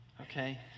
Okay